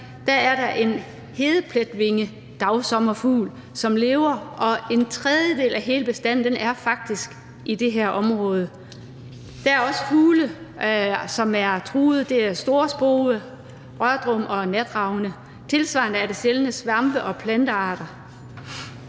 lever der en hedepletvingedagsommerfugl, og en tredjedel af hele bestanden er faktisk i det her område. Der er også fugle, som er truede: storspove, rørdrum og natravn. Tilsvarende er der sjældne svampe- og plantearter.